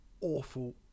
awful